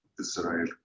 Israel